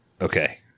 Okay